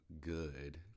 good